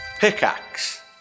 Pickaxe